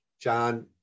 John